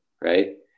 right